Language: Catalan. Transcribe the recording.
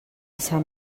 sant